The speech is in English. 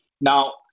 now